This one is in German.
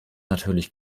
natürlich